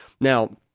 Now